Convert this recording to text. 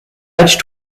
edged